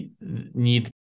need